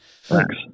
Thanks